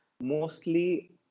mostly